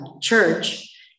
church